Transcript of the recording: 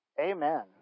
Amen